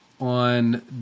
on